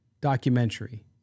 documentary